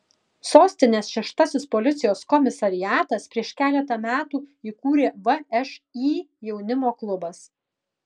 sostinės šeštasis policijos komisariatas prieš keletą metų įkūrė všį jaunimo klubas